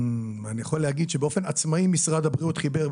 אני יכול להגיד שבאופן עצמאי משרד הבריאות חיבר,